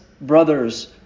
brothers